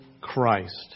Christ